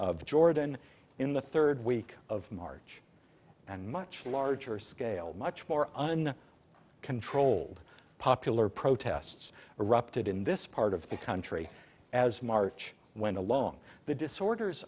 of jordan in the third week of march and much larger scale much more under control popular protests erupted in this part of the country as march went along the disorders